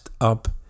up